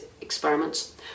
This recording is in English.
experiments